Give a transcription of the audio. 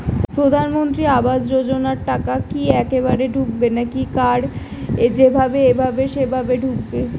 প্রধানমন্ত্রী আবাস যোজনার টাকা কি একবারে ঢুকবে নাকি কার যেভাবে এভাবে সেভাবে ঢুকবে?